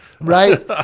Right